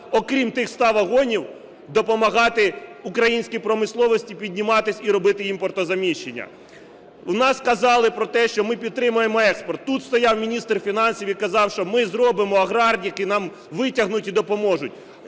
окрім тих ста вагонів, допомагати українській промисловості підніматись і робити імпортозаміщення. У нас казали про те, що ми підтримуємо експорт. Тут стояв міністр фінансів і казав, що ми зробимо, аграрники нас витягнуть і допоможуть.